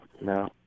no